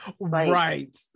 Right